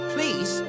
Please